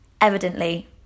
evidently